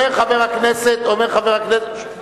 אומר חבר הכנסת, סליחה,